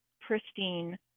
pristine